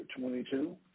22